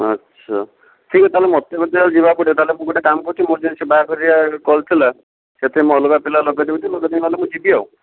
ଆଚ୍ଛା ଠିକ୍ ଅଛି ତାହେଲେ ମୋତେ ମଧ୍ୟ ଯିବାକୁ ପଡ଼ିବ ତାହେଲେ ମୁଁ ଗୋଟେ କାମ କରୁଛି ମୋର ଯୋଉ ସେ ବାହାଘରିଆ କଲ୍ ଥିଲା ସେଠି ମୁଁ ଅଲଗା ପିଲା ଲଗେଇ ଦେଉଛି ମୁଁ ଯଦି ନହେଲେ ମୁଁ ଯିବି ଆଉ